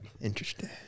Interesting